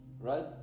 Right